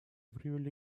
привели